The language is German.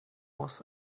muss